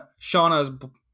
Shauna's